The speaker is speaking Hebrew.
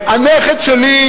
הנכד שלי,